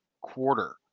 quarter